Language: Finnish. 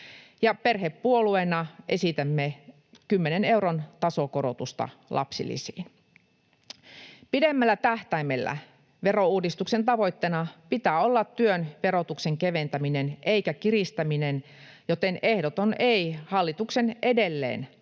Perhepuolueena esitämme 10 euron tasokorotusta lapsilisiin. Pidemmällä tähtäimellä verouudistuksen tavoitteena pitää olla työn verotuksen keventäminen eikä kiristäminen. Joten ehdoton ”ei” hallituksen edelleen aktiivisessa